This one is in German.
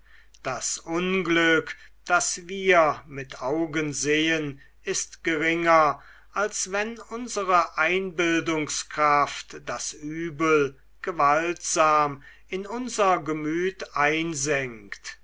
das unglück das wir mit augen sehen ist geringer als wenn unsere einbildungskraft das übel gewaltsam in unser gemüt einsenkt